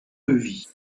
levis